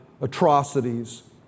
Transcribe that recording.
atrocities